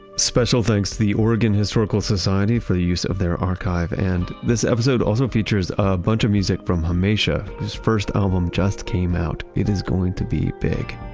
special thanks to the oregon historical society for the use of their archive, and this episode also features a bunch of music from humeysha, whose first album just came out. it is going to be big.